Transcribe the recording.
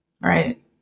Right